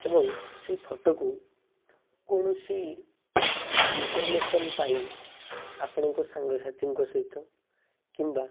ଏବଂ ସେ ଫୋଟୋକୁ କୌଣସି ଇଂନଫର୍ର୍ମେଶନ୍ ପାଇଁ ଆପଣଙ୍କ ସାଙ୍ଗସାଥିଙ୍କ ସହିତ କିମ୍ବା